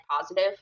positive